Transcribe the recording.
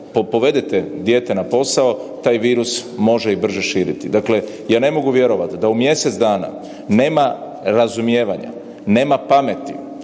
povedete dijete na posao taj virus može i brže širiti. Dakle ja ne mogu vjerovati da u mjesec dana nema razumijevanja, nema pameti,